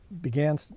began